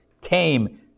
tame